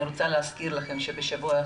אני רוצה להזכיר שלפני שבוע היה